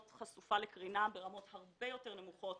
להיות חשופה לקרינה רק ברמות הרבה יותר נמוכות